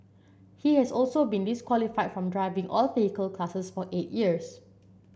he has also been disqualified from driving all vehicle classes for eight years